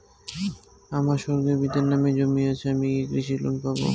আমার স্বর্গীয় পিতার নামে জমি আছে আমি কি কৃষি লোন পাব?